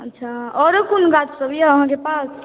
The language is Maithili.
अच्छा आओरो कोन गाछ सब यऽ अहाँके पास